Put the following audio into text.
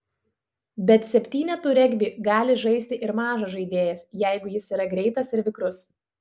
bet septynetų regbį gali žaisti ir mažas žaidėjas jeigu jis yra greitas ir vikrus